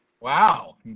Wow